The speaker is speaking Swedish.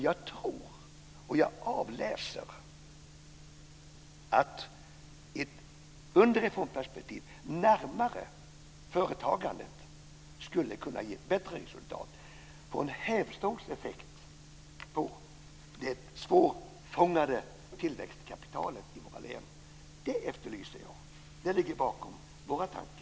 Jag tror och avläser att ett underifrånperspektiv närmare företagandet skulle kunna ge ett bättre resultat, ge en hävstångseffekt på det svårfångade tillväxtkapitalet i våra län. Det efterlyser jag. Det ligger bakom våra tankar.